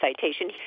citation